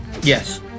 Yes